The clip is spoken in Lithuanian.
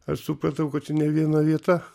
aš supratau kad čia ne viena vieta